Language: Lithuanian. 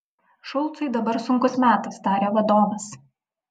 šulcui dabar sunkus metas tarė vadovas